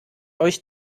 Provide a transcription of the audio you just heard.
euch